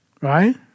Right